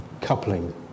coupling